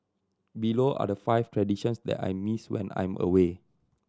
below are the five traditions that I miss when I'm away